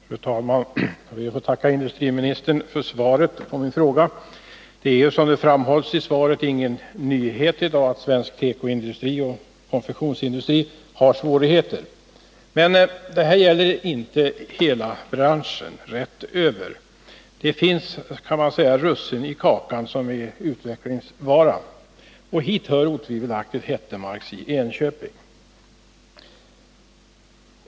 Fru talman! Jag ber att få tacka industriministern för svaret på min fråga. Det är, som framhålls i svaret, ingen nyhet i dag att svensk tekoindustri och konfektionsindustri har svårigheter. Men det gäller inte hela branschen rätt över. Det finns, kan man säga, russin i kakan som är utvecklingsbara. Ett exempel är otvivelaktigt Hettemarks Konfektions AB i Enköping.